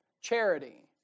Charity